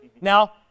now